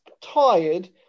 tired